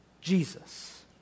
Jesus